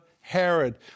Herod